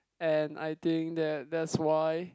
and I think that that's why